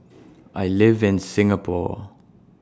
I live in Singapore